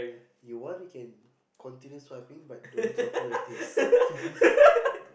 you want you can continue swiping but don't talk to me about this please